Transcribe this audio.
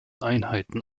einheiten